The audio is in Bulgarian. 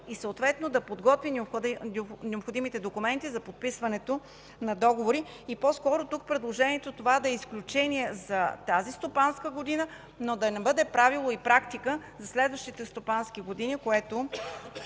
и съответно да подготви необходимите документи за подписването на договори. По-скоро тук предложението – това да е изключение за тази стопанска година, но да не бъде правило и практика за следващите стопански години, което